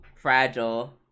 Fragile